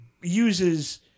uses